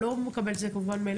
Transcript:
אני לא מקבלת את זה כמובן מאליו.